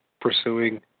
pursuing